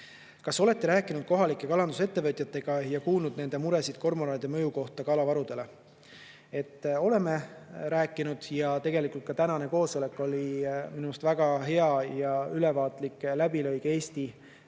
"Kas olete rääkinud kohalike kalandusettevõtjatega ja kuulnud nende muresid kormoranide mõju kohta kalavarudele?" Oleme rääkinud. Tegelikult ka tänane koosolek oli minu arust väga hea ja ülevaatlik läbilõige Eesti